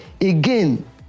Again